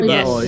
Yes